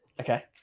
Okay